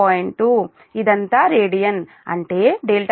2 ఇదంతా రేడియన్ అంటేc మీకు 1